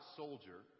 soldier